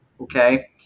Okay